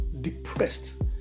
depressed